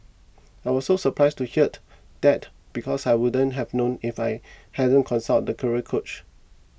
I was so surprised to heard that because I wouldn't have known if I hadn't consulted the career coach